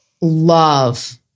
love